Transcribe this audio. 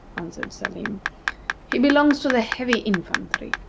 answered salim he belongs to the heavy infantry.